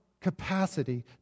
capacity